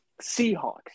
Seahawks